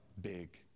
big